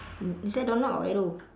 is there doorknob or arrow